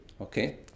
Okay